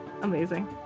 amazing